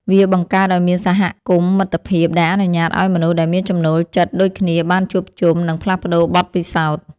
វាបង្កើតឱ្យមានសហគមន៍មិត្តភាព ដែលអនុញ្ញាតឱ្យមនុស្សដែលមានចំណូលចិត្តដូចគ្នាបានជួបជុំ និងផ្លាស់ប្តូរបទពិសោធន៍។